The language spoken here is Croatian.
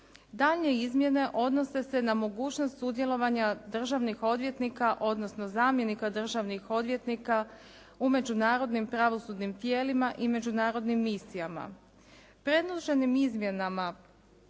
Daljnje izmjene odnose se na mogućnost sudjelovanja državnih odvjetnika, odnosno zamjenika državnih odvjetnika u međunarodnim pravosudnim tijelima i međunarodnim misijama. Predloženim izmjenama